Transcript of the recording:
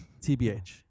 tbh